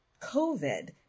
COVID